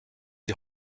die